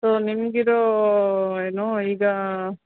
so ನಿಮಗಿದು ಏನು ಈಗ